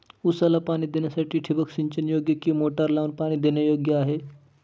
ऊसाला पाणी देण्यासाठी ठिबक सिंचन योग्य कि मोटर लावून पाणी देणे योग्य आहे?